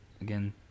again